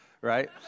right